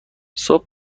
صبح